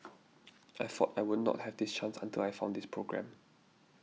I thought I would not have this chance until I found this programme